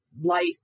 life